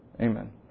Amen